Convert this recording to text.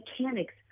mechanics